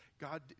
God